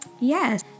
Yes